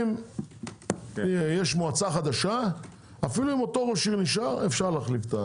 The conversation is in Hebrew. אם יש מועצה חדשה אפילו אם אותו ראש עיר נשאר - אפשר להחליף.